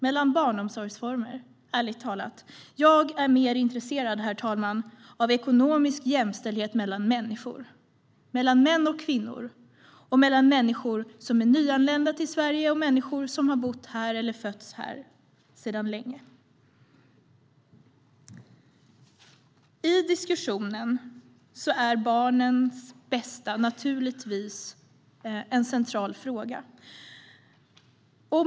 Jag är ärligt talat mer intresserad av ekonomisk jämställdhet mellan människor, mellan män och kvinnor och mellan människor som är nyanlända till Sverige och människor som har bott här sedan länge eller fötts här. I diskussionen är barnens bästa naturligtvis en central fråga.